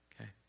Okay